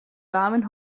damen